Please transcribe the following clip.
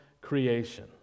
creation